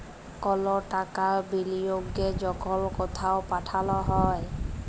call টাকার তহবিলকে যখল কথাও পাঠাল হ্যয়